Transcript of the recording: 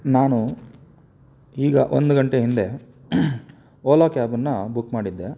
ನಾನು ಈಗ ಒಂದು ಗಂಟೆ ಹಿಂದೆ ಓಲಾ ಕ್ಯಾಬನ್ನು ಬುಕ್ ಮಾಡಿದ್ದೆ